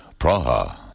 Praha